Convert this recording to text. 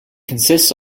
consists